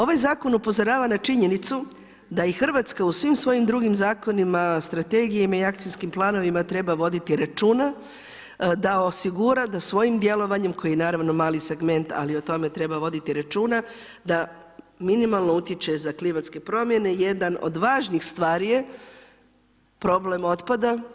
Ovaj Zakon upozorava na činjenicu da i RH u svim svojim drugim zakonima, strategijama i akcijskim planovima treba voditi računa da osigura da svojim djelovanje koji naravno mali segment, ali o tome treba voditi računa, da minimalno utječe za klimatske promjene, jedan od važnih stvari je problem otpada.